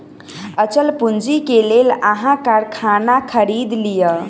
अचल पूंजी के लेल अहाँ कारखाना खरीद लिअ